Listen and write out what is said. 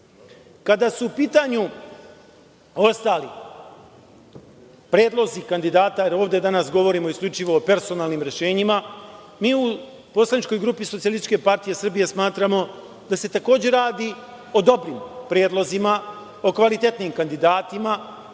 su u pitanju ostali predlozi kandidata, jer ovde danas govorimo isključivo o personalnim rešenjima, mi u poslaničkoj grupi SPS smatramo da se takođe radi o dobrim predlozima, o kvalitetnim kandidatima,